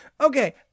Okay